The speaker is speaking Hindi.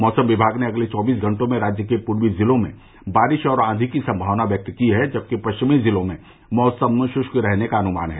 मौसम विभाग ने अगले चौबीस घंटों में राज्य के पूर्वी ज़िलों में बारिश और आंधी की संभावना व्यक्त की है जबकि पश्चिमी ज़िलों में मौसम शुष्क रहने का अनुमान है